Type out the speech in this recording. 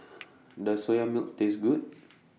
Does Soya Milk Taste Good